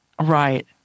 Right